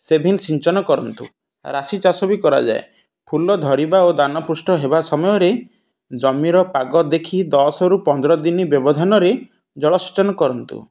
Sevin ସିଞ୍ଚନ କରନ୍ତୁ ରାଶି ଚାଷ ବି କରାଯାଏ ଫୁଲ ଧରିବା ଓ ଧାନ ପୃଷ୍ଟ ହେବା ସମୟରେ ଜମିର ପାଗ ଦେଖି ଦଶରୁ ପନ୍ଦର ଦିନ ବ୍ୟବଧାନରେ ଜଳସେଚନ କରନ୍ତୁ